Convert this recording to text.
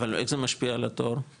אבל איך זה משפיע על התור?